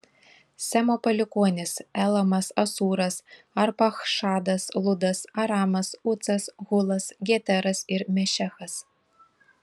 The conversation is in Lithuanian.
semo palikuonys elamas asūras arpachšadas ludas aramas ucas hulas geteras ir mešechas